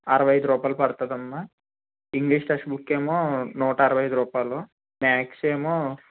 అరవై ఐదు రూపాయలు పడుతుంది అమ్మా ఇంగ్లీష్ టెక్స్ట్ బుక్ ఏమో నూట అరవై ఐదు రూపాయలు మ్యాథ్స్ ఏమో